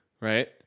right